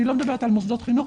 אני לא מדברת על מוסדות חינוך.